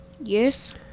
Yes